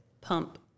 pump